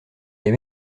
dans